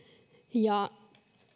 ja